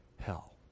hell